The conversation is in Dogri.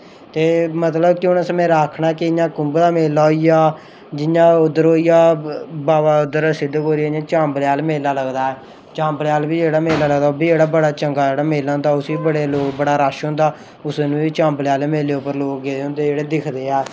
ते मतलब कि मेरा आक्खना कि जियां कुंभ दा मेला होई गेआ जियां उद्धर होई गेआ बाबा उद्धर सिद्ध गौरिया दा चांबलेआयल मेला लगदा चांबलेआयल बी जेह्ड़ा मेला लगदा ओह् बी बड़ा चंगा होंदा उसी बी बड़े लोग बड़ा रश होंदा कुसै बी बलेआयल मेले उप्पर लोक गेदे होंदे जेह्ड़े ओह् दिखदे ऐ